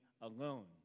alone